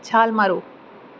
ਛਾਲ ਮਾਰੋ